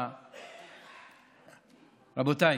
רבותיי,